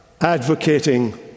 advocating